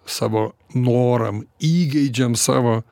savo noram įgeidžiam savo